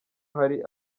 hari